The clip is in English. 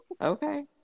Okay